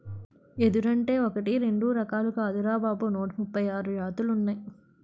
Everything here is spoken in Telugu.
ఎదురంటే ఒకటీ రెండూ రకాలు కాదురా బాబూ నూట ముప్పై ఆరు జాతులున్నాయ్